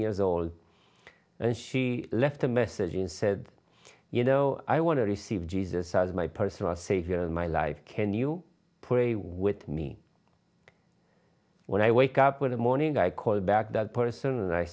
years old and she left a message and said you know i want to receive jesus as my personal savior in my life can you pray with me when i wake up in the morning i called back that person and i